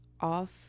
off